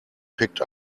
picked